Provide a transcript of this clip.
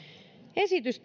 esitys